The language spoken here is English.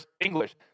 English